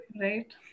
Right